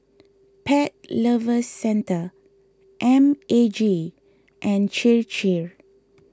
Pet Lovers Centre M A G and Chir Chir